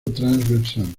transversal